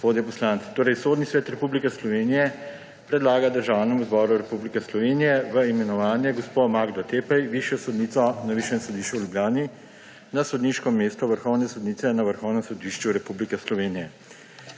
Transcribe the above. gospodje poslanci! Sodni svet Republike Slovenije predlaga Državnemu zboru Republike Slovenije v imenovanje gospo Magdo Teppey, višjo sodnico na Višjem sodišču v Ljubljani, na sodniško mesto vrhovne sodnice na Vrhovnem sodišču Republike Slovenije.